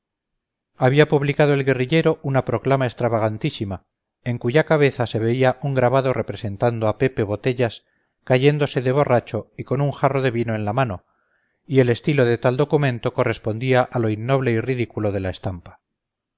había publicado el guerrillero una proclama extravagantísima en cuya cabeza se veía un grabado representando a pepe botellas cayéndose de borracho y con un jarro de vino en la mano y el estilo del tal documento correspondía a lo innoble y ridículo de la estampa